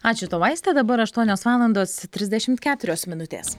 ačiū tau aiste dabar aštuonios valandos trisdešimt keturios minutės